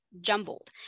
jumbled